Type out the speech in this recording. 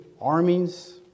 armies